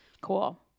Cool